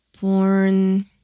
porn